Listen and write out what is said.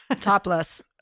Topless